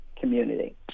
community